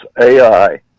AI